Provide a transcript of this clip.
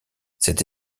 cette